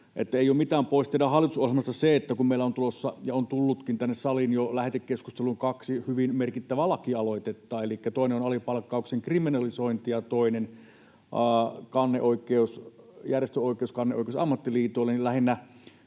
ei ole mitään pois teidän hallitusohjelmastanne se, että meillä on tulossa ja on tullutkin tänne saliin jo lähetekeskusteluun kaksi hyvin merkittävää lakialoitetta. Toinen on alipalkkauksen kriminalisointi ja toinen järjestön kanneoikeus ammattiliitoille. Lähinnä